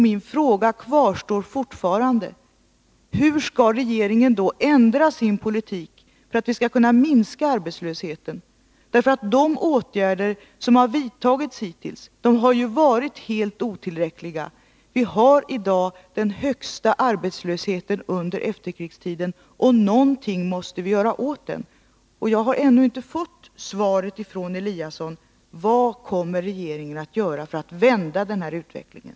Min fråga kvarstår fortfarande: Hur skall regeringen ändra sin politik för att vi skall kunna minska arbetslösheten? De åtgärder som har vidtagits hittills har ju varit helt otillräckliga. Vi har i dag den högsta arbetslösheten under efterkrigstiden, och någonting måste vi göra åt denna. Jag har ännu inte fått något svar från Ingemar Eliasson på min fråga: Vad kommer regeringen att göra för att vända den här utvecklingen?